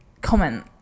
comment